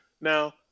Now